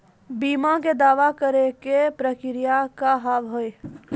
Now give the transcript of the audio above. बीमा के दावा करे के प्रक्रिया का हाव हई?